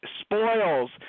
spoils